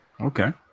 okay